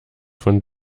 von